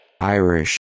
Irish